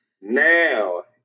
now